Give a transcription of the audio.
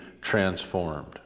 transformed